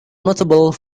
notable